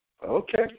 okay